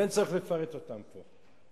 ואין צורך לפרט אותן פה,